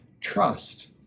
trust